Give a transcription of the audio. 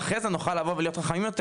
ואחר כך נוכל לבוא ולהיות חכמים יותר